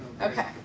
okay